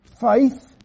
faith